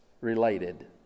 related